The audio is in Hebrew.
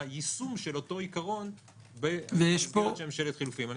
יישום של אותו עיקרון בממשלת חילופים.